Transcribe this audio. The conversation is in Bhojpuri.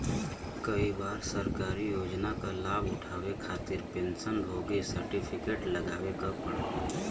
कई बार सरकारी योजना क लाभ उठावे खातिर पेंशन भोगी सर्टिफिकेट लगावे क पड़ेला